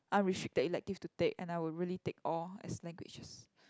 unrestricted electives to take and I will really take all as languages